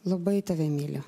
labai tave myliu